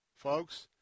Folks